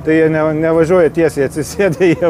tai jie ne nevažiuoja tiesiai atsisėdę jie